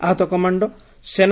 ଆହତ କମାଣ୍ଡୋ ସେନା